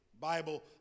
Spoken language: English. Bible